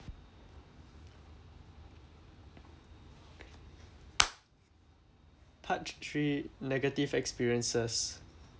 part three negative experiences